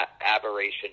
aberration